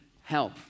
help